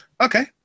okay